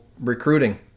recruiting